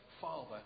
father